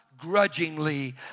grudgingly